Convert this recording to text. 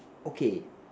okay